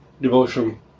devotion